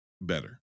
better